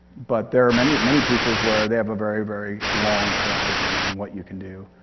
but there are many, many pieces where they have a very, very long horizon on what you can do.